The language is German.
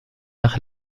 nach